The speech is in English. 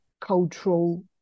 cultural